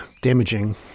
damaging